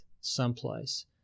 someplace